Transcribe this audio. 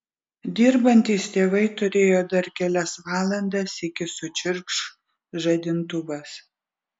dirbantys tėvai turėjo dar kelias valandas iki sučirkš žadintuvas